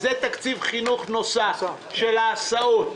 וזה תקציב חינוך נוסף, של ההסעות?